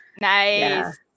nice